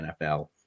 NFL